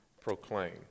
proclaim